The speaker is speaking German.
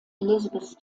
elizabeth